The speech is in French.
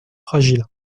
fragiles